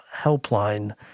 Helpline